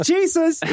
Jesus